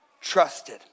trusted